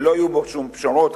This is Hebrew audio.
ולא יהיו בו שום פשרות,